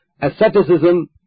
asceticism